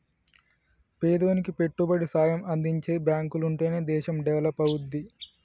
పేదోనికి పెట్టుబడి సాయం అందించే బాంకులుంటనే దేశం డెవలపవుద్ది